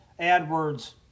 AdWords